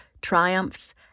triumphs